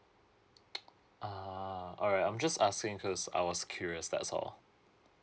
ah alright I'm just asking cause I was curious that's all